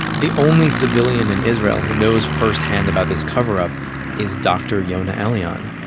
the only civilian in israel who knows firsthand about this cover-up is dr. yonah elian,